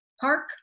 park